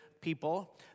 people